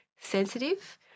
sensitive